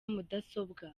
mudasobwa